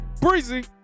breezy